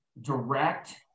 direct